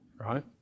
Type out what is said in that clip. right